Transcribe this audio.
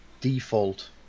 default